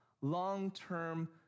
long-term